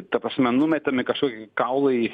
ta prasme numetami kažkokie kaulai